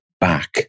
back